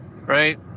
right